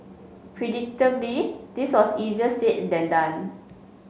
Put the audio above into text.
predictably this was easier said than done